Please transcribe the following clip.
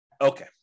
Okay